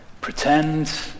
Pretend